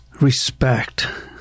Respect